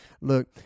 look